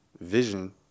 vision